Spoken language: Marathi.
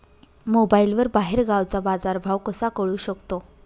मोबाईलवर बाहेरगावचा बाजारभाव कसा कळू शकतो?